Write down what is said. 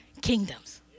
kingdoms